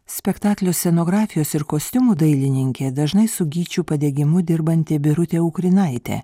spektaklio scenografijos ir kostiumų dailininkė dažnai su gyčiu padegimu dirbanti birutė ukrinaitė